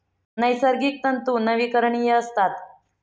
नैसर्गिक तंतू नवीकरणीय असतात